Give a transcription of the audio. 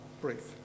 brief